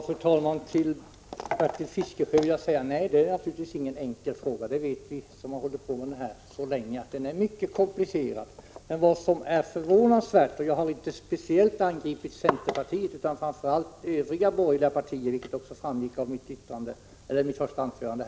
Fru talman! Till Bertil Fiskesjö vill jag säga: Nej, det är naturligtvis ingen enkel fråga. Vi som har hållit på med den så länge vet att den är mycket komplicerad. Jag har inte speciellt angripit centerpartiet utan framför allt övriga borgerliga partier, vilket också framgick av mitt första anförande.